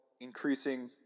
increasing